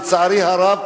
לצערי הרב,